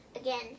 again